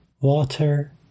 water